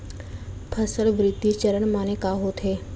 फसल वृद्धि चरण माने का होथे?